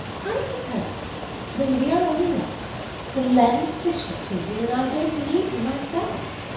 i propose when we are on the yacht to lend fisher to you when i don't need her myself.